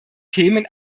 themen